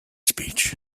speech